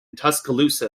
tuscaloosa